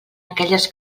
aquelles